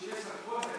שיש לה את כל האמצעים,